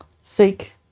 seek